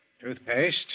Toothpaste